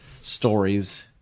stories